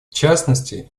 частности